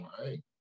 right